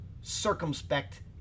circumspect